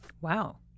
wow